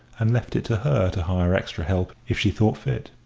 and left it to her to hire extra help if she thought fit.